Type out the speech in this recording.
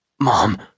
Mom